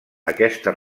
aquesta